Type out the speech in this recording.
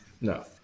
no